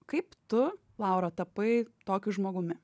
kaip tu laura tapai tokiu žmogumi